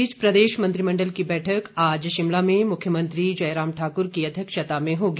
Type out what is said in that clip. इस बीच प्रदेश मंत्रिमंडल की बैठक आज शिमला में मुख्यमंत्री जयराम ठाकुर की अध्यक्षता में होगी